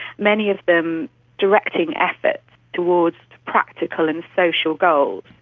many of them directing efforts towards practical and social goals.